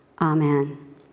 Amen